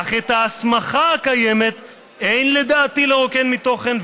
"אך את ההסמכה הקיימת אין לדעתי לרוקן מתוכן,